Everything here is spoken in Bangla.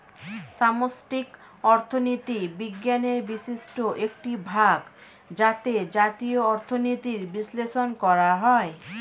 সামষ্টিক অর্থনীতি বিজ্ঞানের বিশিষ্ট একটি ভাগ যাতে জাতীয় অর্থনীতির বিশ্লেষণ করা হয়